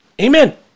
Amen